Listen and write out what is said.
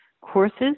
courses